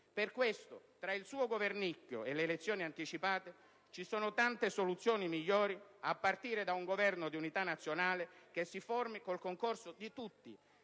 Per questo, tra il suo governicchio e le elezioni anticipate, ci sono tante soluzioni migliori, a partire da un Governo di unità nazionale che faccia le riforme